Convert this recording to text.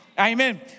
Amen